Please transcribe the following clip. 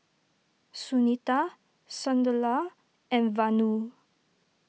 Sunita Sunderlal and Vanu